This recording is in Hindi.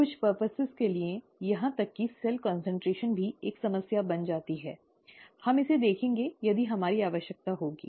कुछ उद्देश्यों के लिए यहां तक कि सेल कान्सन्ट्रेशन भी एक समस्या बन जाती है हम इसे देखेंगे यदि हमारी आवश्यकता होगी